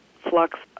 Flux